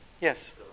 Yes